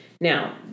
Now